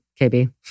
KB